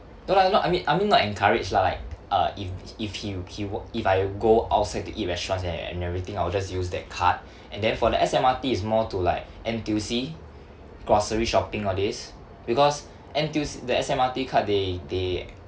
no lah not I mean I mean not encourage lah like uh if if he he wa~ if I go outside to eat restaurants and and everything I'll just use that card and then for the S_M_R_T is more to like N_T_U_C grocery shopping all this because N_T_U the S_M_R_T card they they